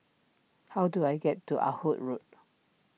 how do I get to Ah Hood Road